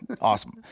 awesome